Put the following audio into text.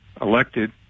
elected